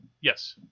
Yes